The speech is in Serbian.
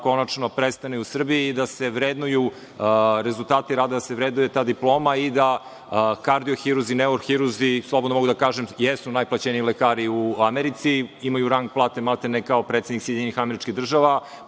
konačno prestane u Srbiji i da se vrednuju rezultati rada, da se vrednuje ta diploma. Kardiohirurzi i neurohirurzi, slobodno mogu da kažem, jesu najplaćeniji lekari u Americi, imaju rang plate maltene kao predsednici SAD, pa onda idu dalje